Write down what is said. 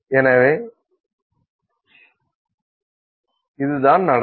எனவே இதுதான் நடக்கும்